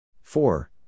Four